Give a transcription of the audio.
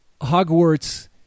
Hogwarts